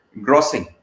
grossing